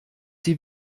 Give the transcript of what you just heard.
sie